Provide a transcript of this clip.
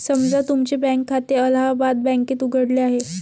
समजा तुमचे बँक खाते अलाहाबाद बँकेत उघडले आहे